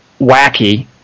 wacky